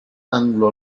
anglo